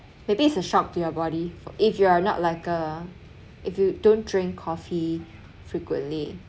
maybe it's a shock to your body if you're not like uh if you don't drink coffee frequently